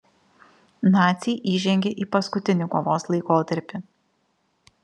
naciai įžengė į paskutinį kovos laikotarpį